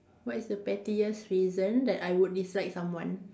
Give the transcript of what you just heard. what is the pettiest reason that I would dislike someone